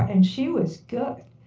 and she was good.